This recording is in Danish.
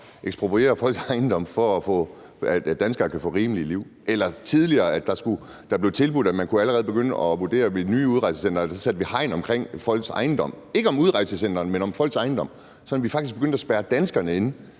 ekspropriere folks ejendom, for at danskere kan få rimelige liv, eller at der tidligere blev tilbudt, at man allerede kunne begynde at vurdere, om vi ved det nye udrejsecenter skulle sætte hegn omkring folks ejendom – ikke om udrejsecenteret, men om folks ejendom – sådan at vi faktisk begyndte at spærre danskerne inde